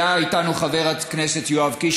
והיו איתנו חבר הכנסת יואב קיש,